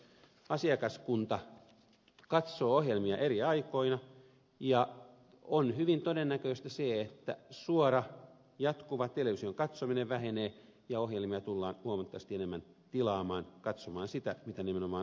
asiakaskunta katsoo ohjelmia eri aikoina ja on hyvin todennäköistä että suora jatkuva television katsominen vähenee ja ohjelmia tullaan huomattavasti enemmän tilaamaan katsomaan sitä mitä nimenomaan halutaan